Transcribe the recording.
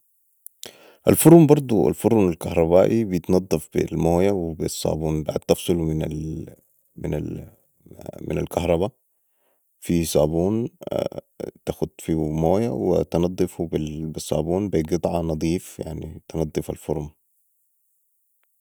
الفرن برضو الفرن الكهربائي بتضف بي المويه والصابون بعد تفصلو من الكهرباء في صابون تخت فيهو مويه وتنضفو بي الصابون بي قطعه نضيف تنصف الفرن